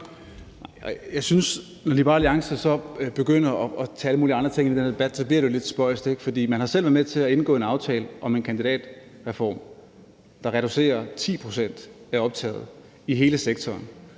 Jeg synes, at det, når Liberal Alliance så begynder at tage alle mulige andre ting i den her debat, bliver lidt spøjst. For man har selv været med til at indgå en aftale om en kandidatreform, der reducerer 10 pct. af optaget i hele sektoren,